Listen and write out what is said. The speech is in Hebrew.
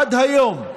עד היום,